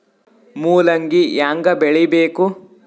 ಮೂಲಂಗಿ ಹ್ಯಾಂಗ ಬೆಳಿಬೇಕು?